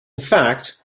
fact